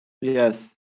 Yes